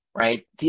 right